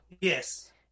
Yes